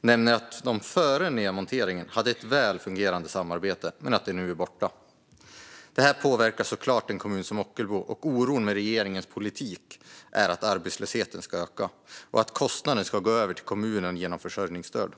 nämner att de före nedmonteringen hade ett väl fungerande samarbete men att det nu är borta. Det här påverkar såklart en kommun som Ockelbo, och oron när det gäller regeringens politik är att arbetslösheten ska öka och att kostnader ska gå över till kommunen i form av försörjningsstöd.